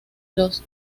los